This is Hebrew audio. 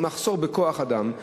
מחסור בכוח-אדם,